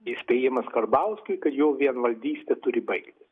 įspėjimas karbauskiui kad jo vienvaldystė turi baigtis